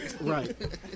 Right